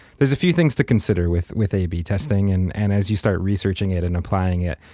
there's a few things to consider with with a b testing. and and as you start researching it and applying it,